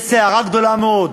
יש סערה גדולה מאוד.